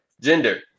Gender